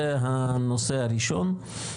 זה הנושא הראשון.